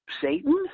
Satan